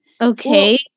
Okay